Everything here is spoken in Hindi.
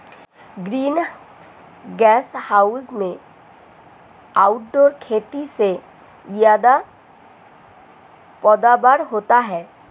ग्रीन गैस हाउस में आउटडोर खेती से ज्यादा पैदावार होता है